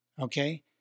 okay